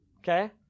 Okay